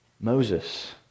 Moses